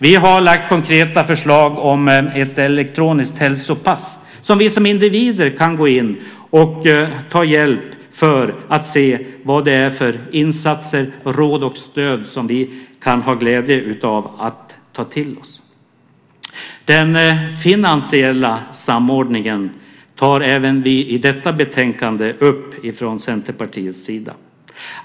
Vi har lagt fram konkreta förslag om ett elektroniskt hälsopass som vi som individer kan ta hjälp av för att se vad det är för insatser, råd och stöd som vi kan ha glädje av att ta till oss. Den finansiella samordningen tar även vi från Centerpartiets sida upp i detta betänkande.